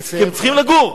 כי הם צריכים לגור,